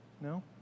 no